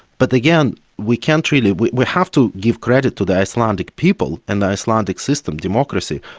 but again, we can't really, we we have to give credit to the icelandic people and the icelandic system, democracy,